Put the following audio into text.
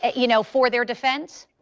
and you know for their defense.